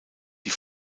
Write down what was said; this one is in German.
die